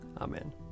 Amen